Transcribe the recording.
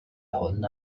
hwn